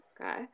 Okay